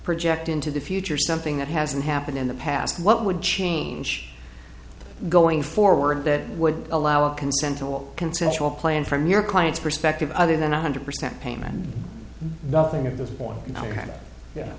project into the future something that hasn't happened in the past what would change going forward that would allow a consensual consensual plan from your client's perspective other than one hundred percent payment nothing at this point